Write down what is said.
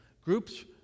groups